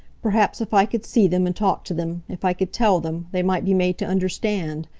perhaps if i could see them, and talk to them if i could tell them they might be made to understand.